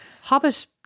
Hobbit